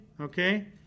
okay